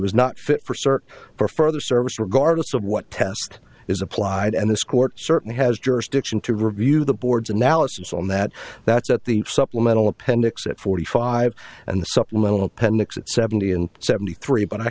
was not fit for cert for further service regardless of what test is applied and this court certainly has jurisdiction to review the board's analysis on that that's at the supplemental appendix at forty five and the supplemental appendix seventy in seventy three but i